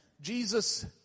Jesus